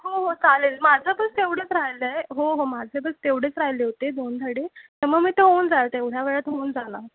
हो हो चालेल माझं पण तेवढंच राहिलं आहे हो हो माझे पण तेवढेच राहिले होते दोन धडे तर मग मी ते होऊन जाईल तेवढ्या वेळात होऊन जाणार